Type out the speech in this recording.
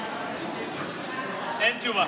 אין תשובה.